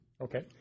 Okay